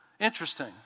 Interesting